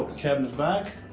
cabinet back,